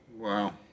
Wow